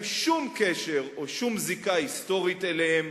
שום קשר או שום זיקה היסטורית אליהם,